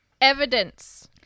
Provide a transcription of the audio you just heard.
Evidence